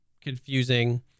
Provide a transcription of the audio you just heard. confusing